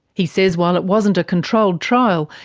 he says while it wasn't a controlled trial,